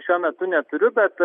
šiuo metu neturiu bet